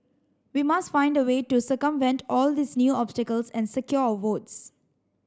we must find a way to circumvent all these new obstacles and secure our votes